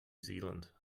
zealand